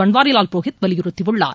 பன்வாரிலால் புரோகித் வலியுறுத்தியுள்ளார்